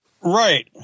Right